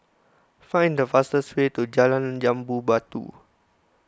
find the fastest way to Jalan Jambu Batu